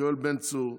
יואב בן צור,